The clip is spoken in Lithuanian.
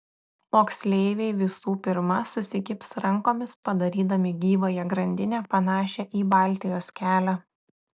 moksleiviai visų pirma susikibs rankomis padarydami gyvąją grandinę panašią į baltijos kelią